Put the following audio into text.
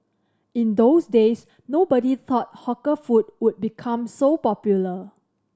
in those days nobody thought hawker food would become so popular